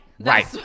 right